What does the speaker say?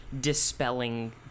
dispelling